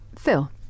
Phil